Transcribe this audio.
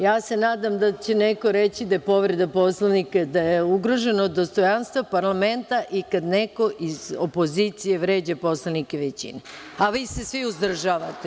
Ja se nadam da će neko reći da je povreda Poslovnika, da je ugroženo dostojanstvo parlamenta i kad neko iz opozicije vređa poslanike većine, a vi se svi uzdržavate.